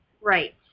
Right